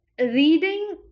reading